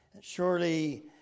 Surely